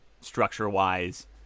structure-wise